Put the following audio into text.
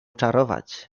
czarować